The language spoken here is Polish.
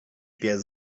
pies